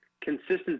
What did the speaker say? consistent